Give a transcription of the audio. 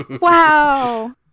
wow